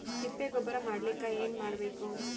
ತಿಪ್ಪೆ ಗೊಬ್ಬರ ಮಾಡಲಿಕ ಏನ್ ಮಾಡಬೇಕು?